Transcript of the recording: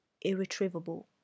irretrievable